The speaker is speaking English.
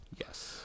Yes